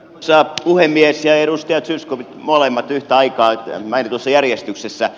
arvoisa puhemies ja edustaja zyskowicz molemmat yhtä aikaa mainitussa järjestyksessä